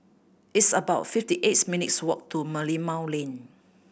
it's about fifty eights minutes' walk to Merlimau Lane